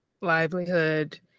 livelihood